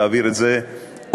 להעביר את זה עוד